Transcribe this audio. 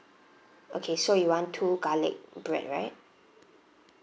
okay so you want two garlic bread right